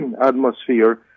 atmosphere